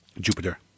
Jupiter